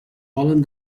volen